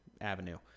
Avenue